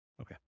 Okay